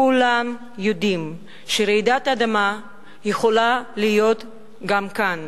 כולם יודעים שרעידת אדמה יכולה להיות גם כאן,